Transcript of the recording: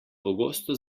pogosto